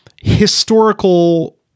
historical